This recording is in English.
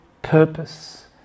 Purpose